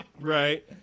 right